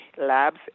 Labs